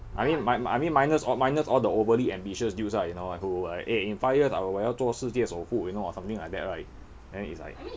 I mean mi~ I mean minus all minus all the overly ambitious dudes ah you know who like eh in five years I will 我要做世界首富 you know or something like that right then it's like